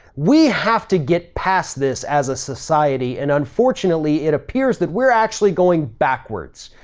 we have to get past this as a society and unfortunately it appears that we're actually going backwards.